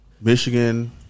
Michigan